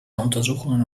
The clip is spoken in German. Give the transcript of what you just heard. untersuchungen